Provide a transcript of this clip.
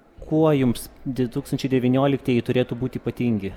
kuo jums dvi tūkstančiai devynioliktieji turėtų būti ypatingi